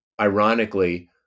ironically